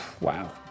wow